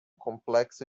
complexo